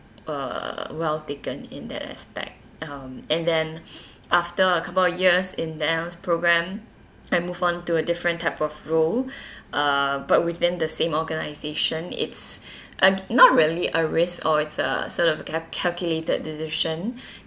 uh well taken in that aspect um and then after a couple of years in ther~ programme I move on to a different type of role uh but within the same organisation it's like not really a risk or it's a sort of cat~ calculated decision